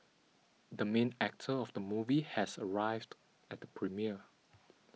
the main actor of the movie has arrived at the premiere